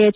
H